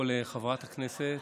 קודם כול, חברת הכנסת